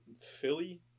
Philly